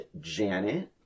janet